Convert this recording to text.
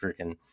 freaking